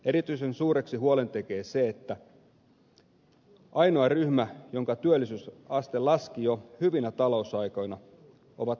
erityisen suureksi huolen tekee se että ainoa ryhmä jonka työllisyysaste laski jo hyvinä talousaikoina ovat nuoret miehet